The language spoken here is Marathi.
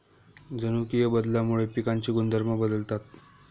जनुकीय बदलामुळे पिकांचे गुणधर्म बदलतात